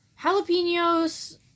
jalapenos